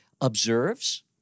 observes